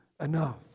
enough